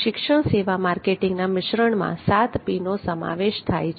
શિક્ષણસેવા માર્કેટિંગના મિશ્રણમાં 7P નો સમાવેશ થાય છે